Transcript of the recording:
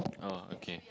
oh okay